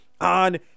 on